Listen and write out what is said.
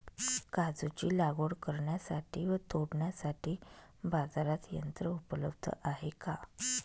काजूची लागवड करण्यासाठी व तोडण्यासाठी बाजारात यंत्र उपलब्ध आहे का?